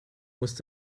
musst